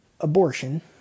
abortion